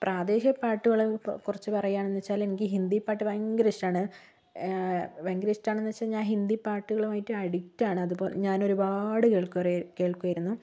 പ്രാദേശിക പാട്ടുകൾ കുറച്ചു പറയുകയാണെന്ന് വെച്ചാൽ എനിക്ക് ഹിന്ദി പാട്ട് ഭയങ്കര ഇഷ്ടമാണ് ഭയങ്കര ഇഷ്ടമാണെന്ന് വെച്ചാൽ ഞാൻ ഹിന്ദി പാട്ടുകൾ ആയിട്ട് അഡിക്ട് ആണ് അതിപ്പം ഞാൻ ഒരുപാട് കേൾക്കും കേൾക്കുമായിരുന്നു